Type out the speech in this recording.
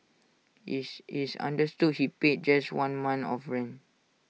is is understood he paid just one month of rent